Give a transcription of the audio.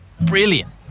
brilliant